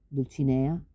Dulcinea